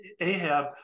ahab